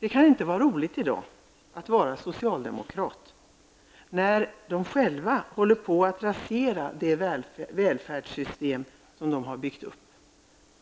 Det kan inte vara roligt att vara socialdemokrat i dag, när de själva håller på att rasera det välfärdssystem som de har byggt upp.